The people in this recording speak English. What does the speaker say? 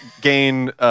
gain